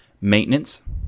Maintenance